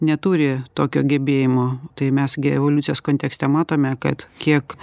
neturi tokio gebėjimo tai mes gi evoliucijos kontekste matome kad kiek